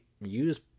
use